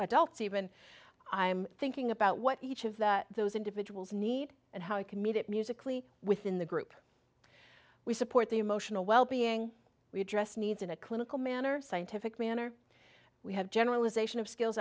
adults even i'm thinking about what each of those individuals need and how we can meet it musically within the group we support the emotional well being we address needs in a clinical manner scientific manner we have generalization of skills